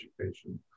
education